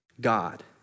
God